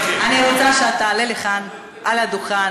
אני רוצה שתעלה לכאן לדוכן,